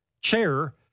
chair